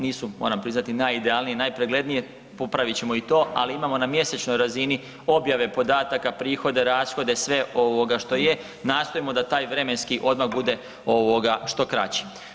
Nisu, moram priznati najidealnije i najpreglednije, popravit ćemo i to, ali imamo na mjesečnoj razini objave podataka, prihode, rashode, sve ovoga što je, nastojimo da taj vremenski odmak bude što kraći.